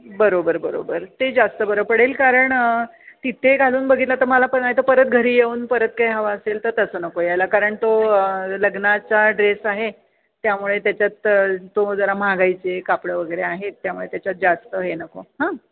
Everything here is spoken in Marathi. बरोबर बरोबर ते जास्त बरं पडेल कारण तिथे घालून बघितला तर मला पण नाहीतर परत घरी येऊन परत काही हवा असेल तर तसं नको यायला कारण तो लग्नाचा ड्रेस आहे त्यामुळे त्याच्यात तो जरा महागाईचे कापड वगैरे आहेत त्यामुळे त्याच्यात जास्त हे नको हां